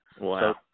Wow